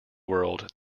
world